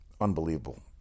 Unbelievable